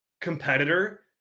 competitor